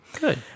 Good